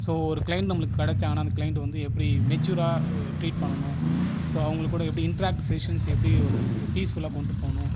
so ஒரு claim நம்மளுக்கு கிடைத்தாங்கன்னா அந்த கிளைண்டை வந்து எப்படி மெச்சூர்ராக ட்ரீட் பண்ணணும் ஸோ அவங்கள் கூட எப்படி இன்டராக்ட் செஷன் எப்படி பீஸ்ஃபுல்லாக கொண்டு போகணும்